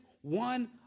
one